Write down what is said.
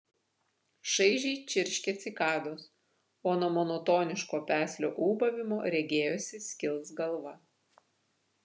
šaižiai čirškė cikados o nuo monotoniško peslio ūbavimo regėjosi skils galva